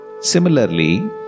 Similarly